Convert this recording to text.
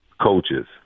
coaches